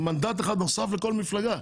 מנדט אחד נוסף לכל מפלגה.